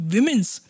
Women's